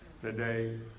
today